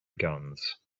guns